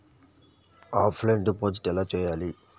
Offline deposit ఎలా చేయాలి?